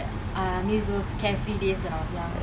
I miss those carefree days when I was young